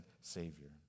Savior